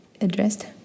addressed